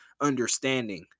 understanding